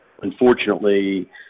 unfortunately